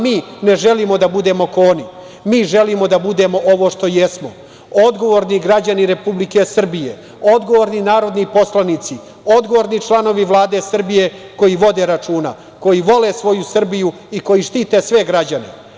Mi ne želimo da budemo kao oni, mi želimo da budemo ovo što jesmo, odgovorni građani Republike Srbije, odgovorni narodni poslanici, odgovorni članovi Vlade Srbije koji vode računa, koji vole svoju Srbiju i koji štite sve građane.